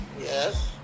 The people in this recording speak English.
Yes